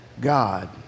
God